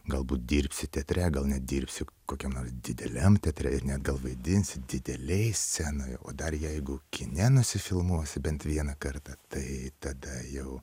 galbūt dirbsi teatre gal net dirbsi kokiam nors dideliam teatre ir net gal vaidinsi didelėj scenoj o dar jeigu kine nusifilmuosi bent vieną kartą tai tada jau